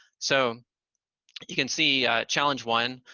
so you can see, challenge one.